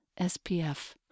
SPF